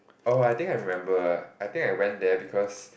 oh I think I remember I think I went there because